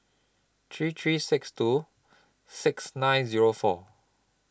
three three six two six nine Zero four